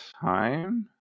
time